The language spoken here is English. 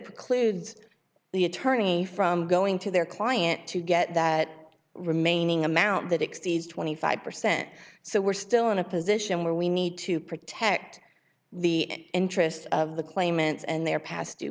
precludes the attorney from going to their client to get that remaining amount that exceeds twenty five percent so we're still in a position where we need to protect the interest of the claimants and their past d